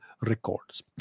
records